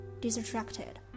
distracted